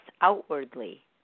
outwardly